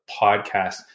podcast